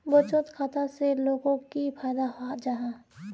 बचत खाता से लोगोक की फायदा जाहा?